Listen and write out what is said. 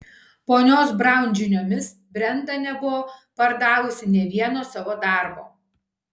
ponios braun žiniomis brenda nebuvo pardavusi nė vieno savo darbo